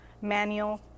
manual